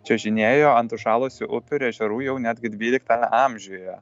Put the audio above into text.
čiuožinėjo ant užšalusių upių ir ežerų jau netgi dvyliktame amžiuje